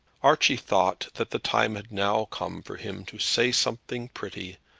archie thought that the time had now come for him to say something pretty,